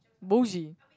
boogey